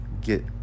get